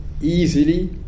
easily